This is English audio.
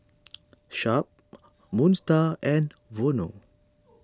Sharp Moon Star and Vono